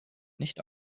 nicht